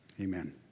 Amen